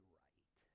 right